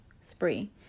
spree